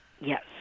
Yes